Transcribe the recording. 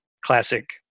classic